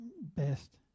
best